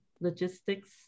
logistics